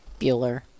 Bueller